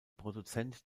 produzent